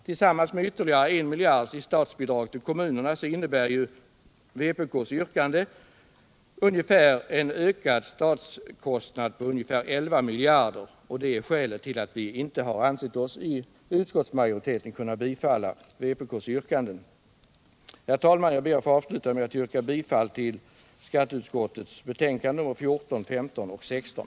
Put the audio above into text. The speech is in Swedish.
Tillsammans med ytterligare 1 miljard kronor i statsbidrag till kommunerna innebär vpk:s yrkande en ökad statskostnad på ungefär 11 miljarder kronor, vilket är skälet till att utskottsmajoriteten inte har ansett sig kunna tillstyrka vpk:s yrkande. Herr talman! Jag ber att få avsluta mitt anförande med att yrka bifall till skatteutskottets hemställan i betänkandena nr 14, 15 och 16.